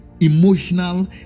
emotional